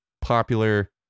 popular